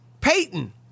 Peyton